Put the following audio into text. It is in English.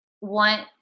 want